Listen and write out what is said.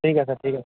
ঠিক আছে ঠিক আছে